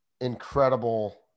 incredible